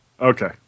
Okay